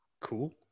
cool